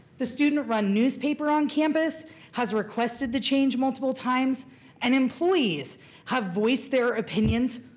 the student-run newspaper on campus has requested the change multiple times and employees have voiced their opinions,